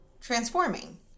transforming